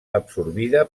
absorbida